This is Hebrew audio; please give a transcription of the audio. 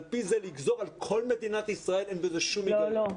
לגזור על כל מדינת ישראל בלי שום היגיון.